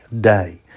day